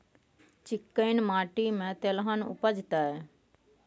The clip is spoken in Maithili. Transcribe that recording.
चिक्कैन माटी में तेलहन उपजतै?